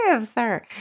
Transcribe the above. sir